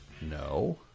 no